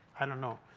i don't know.